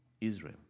Israel